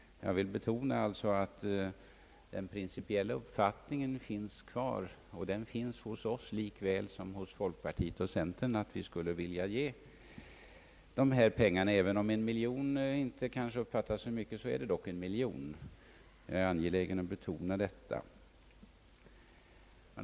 Jag vill betona att den principiella uppfattningen finns kvar. Den finns hos oss lika väl som hos folkpartiet och centern, nämligen ait vi skulle vilja ge dessa pengar. Även om en miljon inte kanske uppfattas som ett så stort belopp, så är det dock en miljon. Jag är angelägen att betona detta.